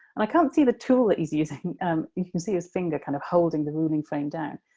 and i can't see the tool that he's using you can see his finger kind of holding the ruling frame down.